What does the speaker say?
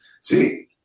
See